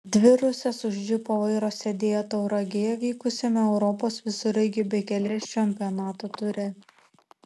dvi rusės už džipo vairo sėdėjo tauragėje vykusiame europos visureigių bekelės čempionato ture